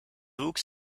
wuchs